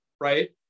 right